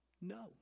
No